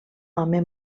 home